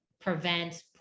prevents